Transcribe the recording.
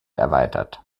erweitert